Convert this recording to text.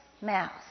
mouth